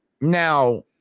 Now